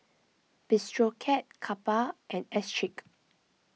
Bistro Cat Kappa and Schick